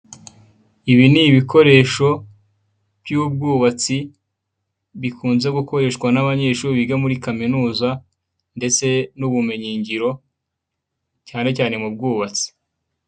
Ibi ni ibikoresho by'ubwubatsi bikunze gukoreshwa n'abanyeshuri biga muri Kaminuza ndetse n'ubumenyi ngiro, cyane cyane mu bwubatsi.